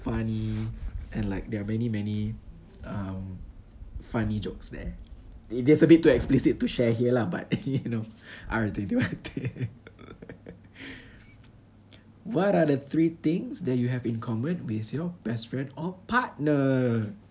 funny and like there are many many um funny jokes there it's a bit too explicit to share here lah but you know R twenty one thing what are the three things that you have in common with your best friend or partner